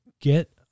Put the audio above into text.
get